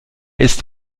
ist